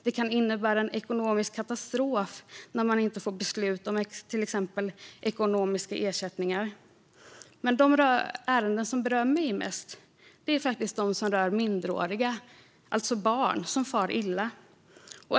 Det kan innebära en ekonomisk katastrof när man inte får beslut om till exempel ekonomiska ersättningar. De ärenden som berör mig mest är när minderåriga, alltså barn, far illa.